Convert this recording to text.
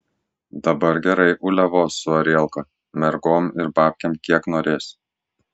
dabar gerai uliavos su arielka mergom ir babkėm kiek norės